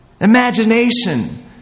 imagination